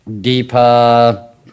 deeper